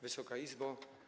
Wysoka Izbo!